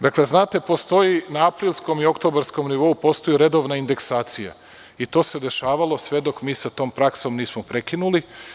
Dakle, postoji na aprilskom i oktobarskom nivou redovna indeksacija i to se dešavalo sve dok mi sa tom praksom nismo prekinuli.